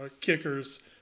kickers